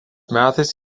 metais